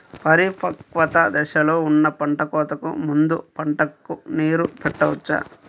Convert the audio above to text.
పరిపక్వత దశలో ఉన్న పంట కోతకు ముందు పంటకు నీరు పెట్టవచ్చా?